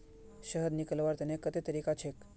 शहद निकलव्वार तने कत्ते तरीका छेक?